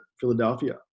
Philadelphia